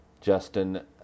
Justin